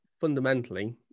fundamentally